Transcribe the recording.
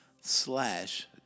slash